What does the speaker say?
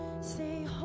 say